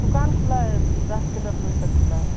दुकान खुली है रात के दस बजे तक खुली है